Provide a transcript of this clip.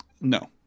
No